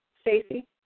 Stacey